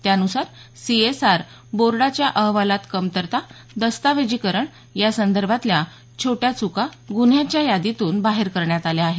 त्यान्सार सीएसआर बोर्डाच्या अहवालात कमतरता दस्तावेजीकरण यासंदर्भातल्या छोट्या चुका गुन्ह्याच्या यादीतून बाहेर करण्यात आल्या आहेत